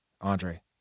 Andre